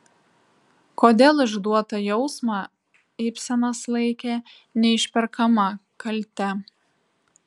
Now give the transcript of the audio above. kodėl išduotą jausmą ibsenas laikė neišperkama kalte